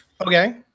Okay